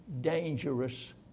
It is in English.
dangerous